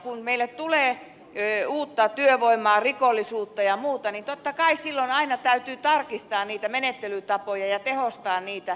kun meille tulee uutta työvoimaa rikollisuutta ja muuta niin totta kai silloin aina täytyy tarkistaa menettelytapoja ja tehostaa niitä